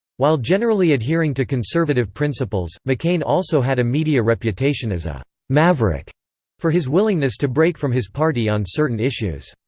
while generally adhering to conservative principles, mccain also had a media reputation as a maverick for his willingness to break from his party on certain issues.